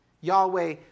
Yahweh